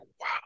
wow